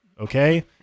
Okay